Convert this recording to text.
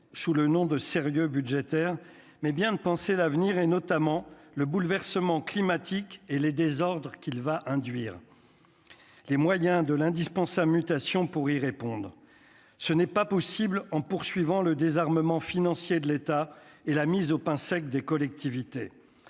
sous le nom de sérieux budgétaire, mais bien de penser l'avenir et notamment le bouleversement climatique et les désordres qu'il va induire les moyens de l'indispensable mutation pour y répondent, ce n'est pas possible en poursuivant le désarmement financier de l'État et la mise au pain sec des collectivités,